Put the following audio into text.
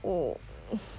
oh